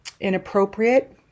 inappropriate